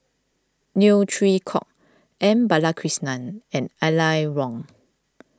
Neo Chwee Kok M Balakrishnan and Aline Wong